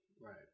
Right